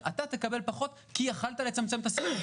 אתה תקבל פחות כי יכולת לצמצם את הסיכון.